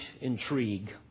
intrigue